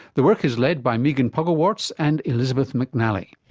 the work is led by megan puckelwartz and elizabeth mcnally.